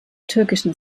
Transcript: türkischen